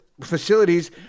facilities